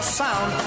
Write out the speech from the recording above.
sound